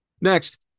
Next